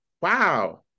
Wow